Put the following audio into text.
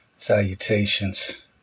salutations